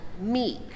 meek